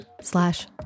slash